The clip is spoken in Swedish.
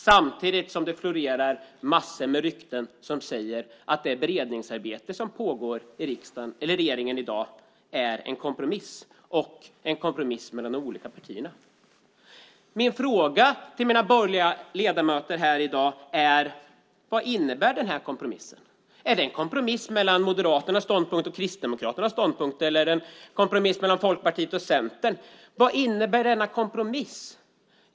Samtidigt florerar en massa rykten som säger att det beredningsarbete som pågår i regeringen är en kompromiss mellan de olika partierna. Min fråga till de borgerliga ledamöterna är: Vad innebär kompromissen? Är det en kompromiss mellan Moderaternas ståndpunkt och Kristdemokraternas, eller är det en kompromiss mellan Folkpartiet och Centern? Vad innebär denna kompromiss?